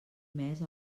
mes